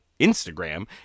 Instagram